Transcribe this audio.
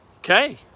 Okay